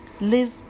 live